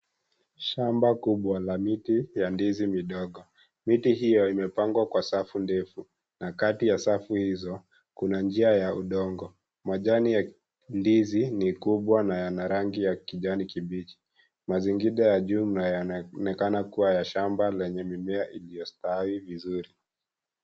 Shamba kubwa la miti ya ndizi midogo, miti hiyo imepangwa kwa safu ndefu na kati ya safu hizo kuna njia ya udongo, majani ya ndizi ni kubwa na yana rangi ya kijanikibichi, mazingira ya juu yanaonekana kuwa ya shamba ya mimea iliyostawi vizuri.